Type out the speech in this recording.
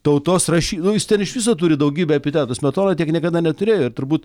tautos rašy nu jis ten iš viso turi daugybę epitetų smetona tiek niekada neturėjo ir turbūt